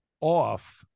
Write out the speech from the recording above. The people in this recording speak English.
off